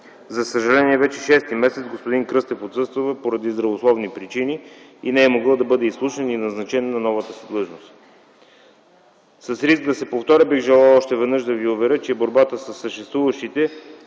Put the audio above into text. За съжаление, вече шести месец господин Кръстев отсъства поради здравословни причини и не е могъл да бъде изслушан и назначен на новата си длъжност. С риск да се повторя, бих желал още веднъж да Ви уверя, че борбата със съществуващите